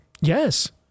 Yes